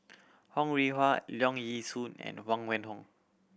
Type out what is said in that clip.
Ho Rih Hwa Leong Yee Soo and Huang Wenhong